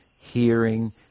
hearing